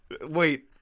wait